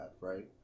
right